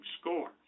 score